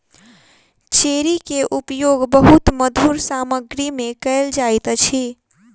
cherry के उपयोग बहुत मधुर सामग्री में कयल जाइत अछि